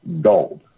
gold